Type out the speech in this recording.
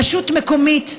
רשות מקומית,